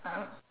uh